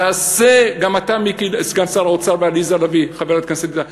גם אתה, סגן שר האוצר, וחברת הכנסת עליזה לביא.